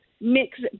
Mix